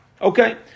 Okay